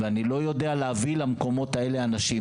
ואני לא יודע להביא למקומות האלה אנשים.